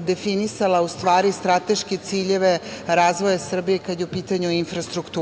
definisala, u stvari, strateške ciljeve razvoja Srbije kada je u pitanju infrastruktura.I,